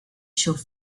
should